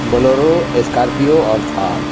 Bolero Scorpio اور تھار